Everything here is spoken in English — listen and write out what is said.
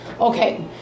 Okay